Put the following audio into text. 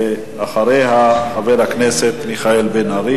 ואחריה, חבר הכנסת מיכאל בן-ארי.